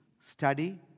study